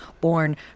born